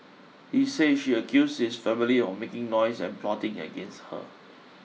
he say she accused his family of making noise and plotting against her